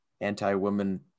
anti-woman